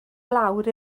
lawr